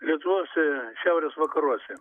rytuose šiaurės vakaruose